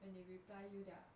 when they reply you their